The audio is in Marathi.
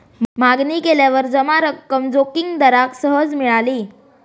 मागणी केल्यावर जमा रक्कम जोगिंदराक सहज मिळाली